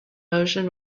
motion